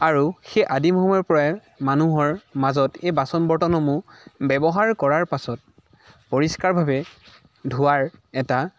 আৰু সেই আদিম সময়ৰ পৰাই মানুহৰ মাজত এই বাচন বৰ্তনসমূহ ব্যৱহাৰ কৰাৰ পাছত পৰিষ্কাৰভাৱে ধোৱাৰ এটা